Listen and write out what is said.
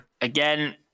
Again